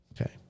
Okay